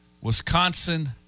Wisconsin